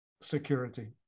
security